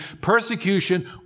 persecution